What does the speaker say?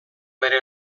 bere